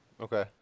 Okay